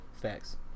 facts